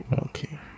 Okay